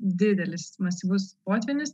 didelis masyvus potvynis